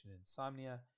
insomnia